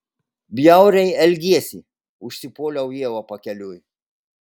bjauriai elgiesi užsipuoliau ievą pakeliui